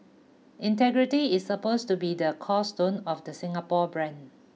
integrity is supposed to be the cornerstone of the Singapore brand